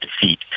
defeat